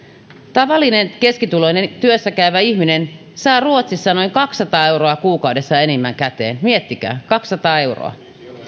tavallinen keskituloinen työssä käyvä ihminen saa ruotsissa noin kaksisataa euroa kuukaudessa enemmän käteen miettikää kaksisataa euroa